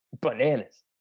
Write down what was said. bananas